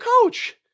coach